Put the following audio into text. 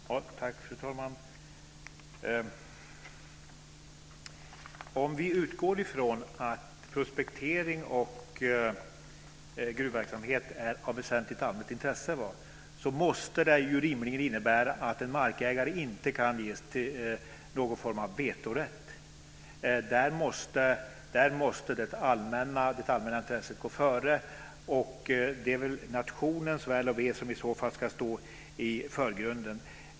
Fru talman! Om vi utgår från att prospektering och gruvverksamhet är av väsentligt allmänt intresse måste det rimligen innebära att en markägare inte kan ges någon form av vetorätt. Där måste det allmänna intresset gå före. Det är väl nationens väl och ve som i så fall ska stå i förgrunden.